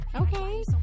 Okay